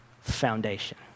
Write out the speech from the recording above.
foundation